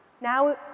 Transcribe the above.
now